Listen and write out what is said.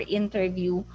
interview